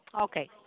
Okay